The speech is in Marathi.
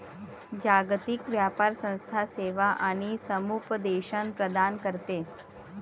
जागतिक व्यापार संस्था सेवा आणि समुपदेशन प्रदान करते